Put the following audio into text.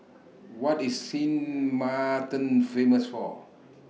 What IS Sint Maarten Famous For